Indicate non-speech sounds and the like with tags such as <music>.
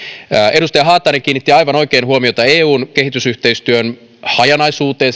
edustaja haatainen kiinnitti aivan oikein huomiota eun kehitysyhteistyön hajanaisuuteen <unintelligible>